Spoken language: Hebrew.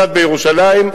קצת בירושלים.